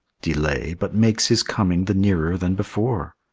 delay but makes his coming the nearer than before!